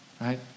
right